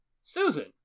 Susan